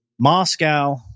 Moscow